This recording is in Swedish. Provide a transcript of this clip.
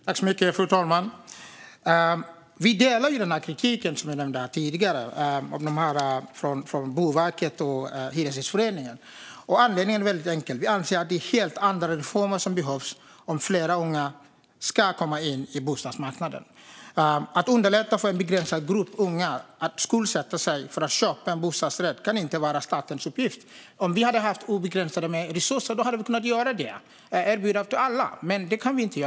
Fru talman! Vi instämmer i kritiken från Boverket och Hyresgästföreningen. Anledningen är enkel. Vi anser att det behövs helt andra reformer om fler unga ska komma in på bostadsmarknaden. Att underlätta för en begränsad grupp unga att skuldsätta sig för att köpa en bostadsrätt kan inte vara statens uppgift. Med obegränsade resurser hade man kunnat göra det och erbjuda alla det. Men det kan man inte.